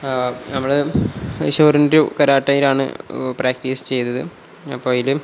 നമ്മൾ ഷോറിൻറു കരാട്ടയിലാണ് പ്രാക്ടീസ് ചെയ്തത് അപ്പം അതിൽ